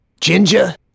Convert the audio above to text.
ginger